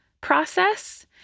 process